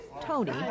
Tony